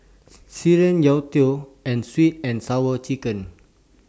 Sireh Youtiao and Sweet and Sour Chicken